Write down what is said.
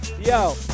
Yo